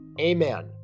Amen